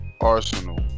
Arsenal